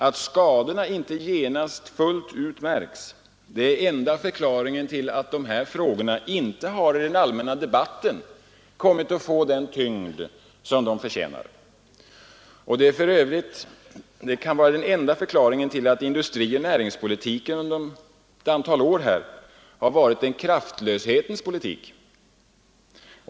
Att skadorna inte genast märks till fullo är enda förklaringen till att dessa frågor i den allmänna debatten inte kommit att få den tyngd de förtjänar. Det är den enda förklaringen till att industrioch näringspolitiken under ett antal år kunnat få vara en kraftlöshetens politik.